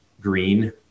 green